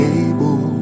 able